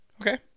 Okay